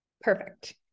Perfect